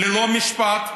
ללא משפט,